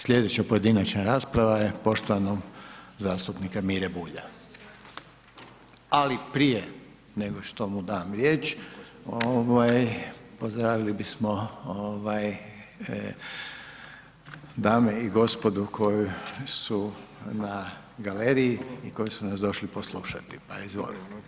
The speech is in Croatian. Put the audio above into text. Sljedeća pojedinačna rasprava je poštovanog zastupnika Mire Bulja ali prije nego što mu dam riječ pozdravili bismo dame i gospodu koji su na galeriji i koji su nas došli poslušati, pa izvolite.